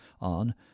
on